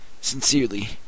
Sincerely